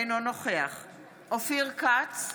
אינו נוכח אופיר כץ,